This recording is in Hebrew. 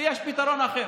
לי יש פתרון אחר.